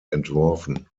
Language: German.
entworfen